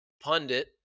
pundit